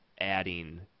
adding